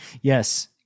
Yes